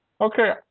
Okay